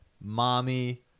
mommy